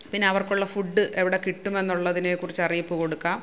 പിന്നെ അവർക്കുള്ള ഫുഡ് എവിടെ കിട്ടുമെന്നുള്ളതിനെ കുറിച്ച് അറിയിപ്പ് കൊടുക്കാം